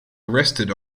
arrested